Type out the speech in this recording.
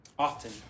Often